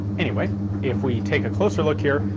anyway, if we take a closer look here,